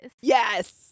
Yes